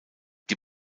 die